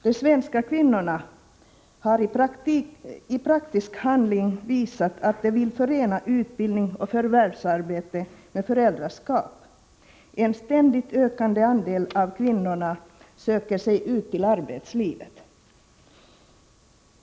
De svenska kvinnorna har i praktisk handling visat att de vill förena utbildning och förvärvsarbe med föräldraskap. En ständigt ökande andel av kvinnorna söker sig ut till arbetslivet.